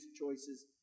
choices